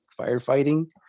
firefighting